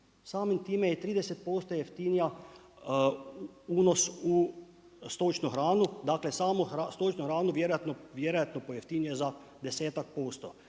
samim time je 30% jeftiniji unos u stočnu hranu, dakle samo stočnu hranu vjerojatno pojeftinjuje za desetak posto.